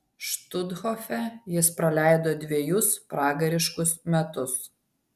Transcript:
štuthofe jis praleido dvejus pragariškus metus